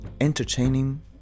entertaining